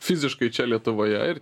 fiziškai čia lietuvoje ir